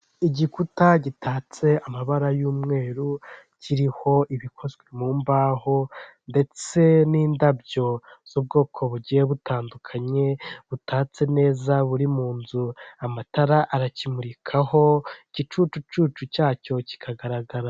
Igikuta gitatse amabara y'umweru kiriho ibikozwe mu mbaho ndetse n'indabyo z'ubwoko bugiye butandukanye, butatse neza buri mu nzu. Amatara arakimurikaho igicucucucu cyacyo kikagaragara.